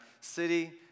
city